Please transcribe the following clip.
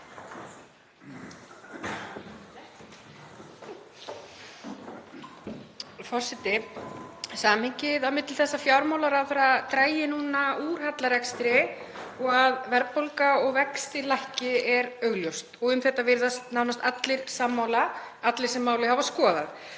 Forseti. Samhengið á milli þess að fjármálaráðherra dragi núna úr hallarekstri og að verðbólga og vextir lækki er augljóst og um þetta virðast nánast allir sammála, allir sem málið hafa skoðað.